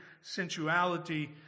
sensuality